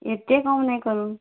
ଏତେ କମ୍ ନାଇଁ କରୁନ୍